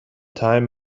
time